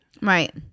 Right